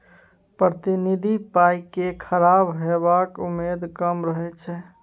प्रतिनिधि पाइ केँ खराब हेबाक उम्मेद कम रहै छै